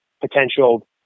potential